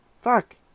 Fuck